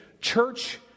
church